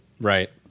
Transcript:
right